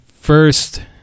first